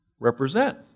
represent